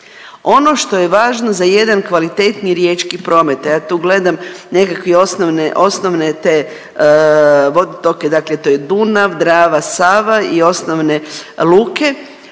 Ono što je važno za jedan kvalitetniji riječki promet a ja tu gledam nekakve osnovne te vodotoke, dakle to je Dunav, Drava, Sava i osnovne luke.